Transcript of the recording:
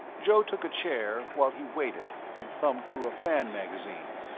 joe took a chair while he waited and thumbed through a fan magazine.